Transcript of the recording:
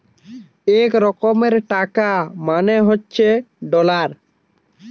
এক রকমের টাকা মানে হচ্ছে ডলার